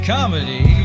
Comedy